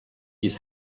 his